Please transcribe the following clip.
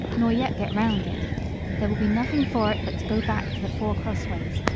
nor yet get round it there will be nothing for it, but to go back to the four crossways,